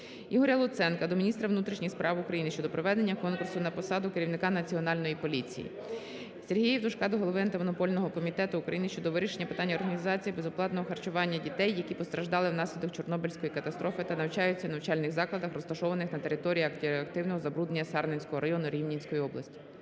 Ігоря Луценка до міністра внутрішніх справ України щодо проведення конкурсу на посаду керівника Національної поліції. Сергія Євтушка до голови Антимонопольного комітету України щодо вирішення питання організації безоплатного харчування дітей, які постраждали внаслідок Чорнобильської катастрофи та навчаються у навчальних закладах, розташованих на території радіоактивного забруднення Сарненського району Рівненської області.